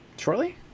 Shortly